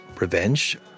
revenge